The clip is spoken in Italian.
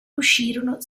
uscirono